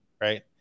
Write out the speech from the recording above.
right